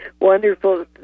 wonderful